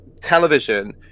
television